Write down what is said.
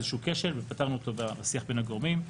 איזשהו כשל ופתרנו אותו בשיח בין הגורמים.